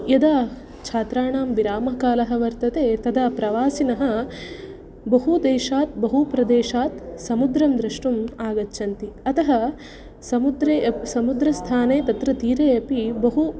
यदा छात्राणां विरामकालः वर्तते तदा प्रवासिणः बहु देशात् बहु प्रदेशात् समुद्रं द्रष्टुम् आगच्छन्ति अतः समुद्रे अपि समुद्रस्थाने तत्र तीरे अपि बहु